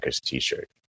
t-shirt